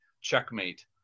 checkmate